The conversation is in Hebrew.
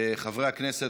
חברי הכנסת,